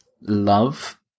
love